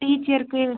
டீச்சர்க்கு